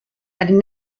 and